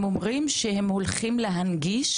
הם אומרים שהולכים לנהגיש